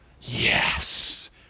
yes